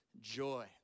joy